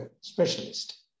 specialist